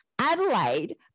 Adelaide